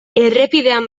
errepidean